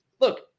look